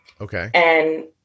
Okay